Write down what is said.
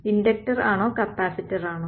inductor ആണോ capacitor ആണോ